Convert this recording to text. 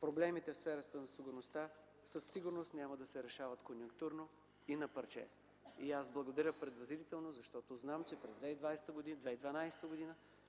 Проблемите в сферата на сигурността със сигурност няма да се решават конюнктурно и „на парче”. И аз благодаря предварително, защото знам, че през 2012 г.